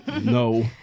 No